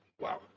wow